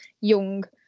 young